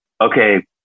okay